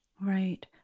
Right